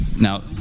Now